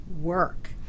work